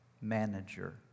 Manager